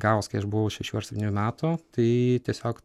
gavos kai aš buvau šešių ar septynių metų tai tiesiog